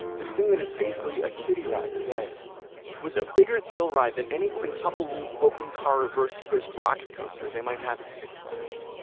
this thing that is basically a kiddie ride today was a bigger thrill ride than any quintuple-loop-open-car-reverse-twist-rocket-coaster they might have at six flags